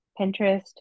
Pinterest